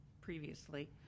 previously